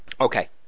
Okay